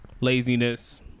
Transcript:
laziness